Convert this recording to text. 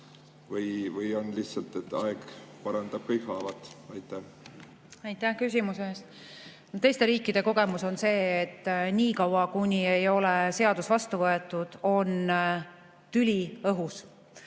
Või on lihtsalt nii, et aeg parandab kõik haavad? Aitäh küsimuse eest! Teiste riikide kogemus on see, et nii kaua, kuni ei ole seadus vastu võetud, on tüli õhus.